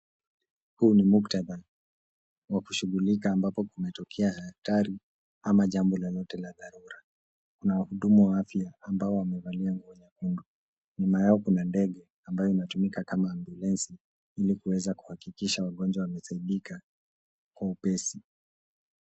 Huu ni muktadha wa kushughulika ambapo kumetokea hatari ama jambo lolote la dharura. Kuna wahudumu wa afya ambao wamevalia nguo nyekundu. Nyuma yao kuna ndege ambayo inatumika kama ambyulensi ili kuweza kuhakikisha wagonjwa wamesaidika kwa upesi.